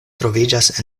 troviĝas